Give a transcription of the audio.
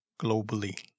globally